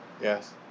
yes